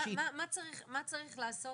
מה צריך לעשות?